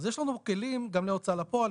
יש לנו כלים גם להוצאה לפועל.